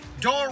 door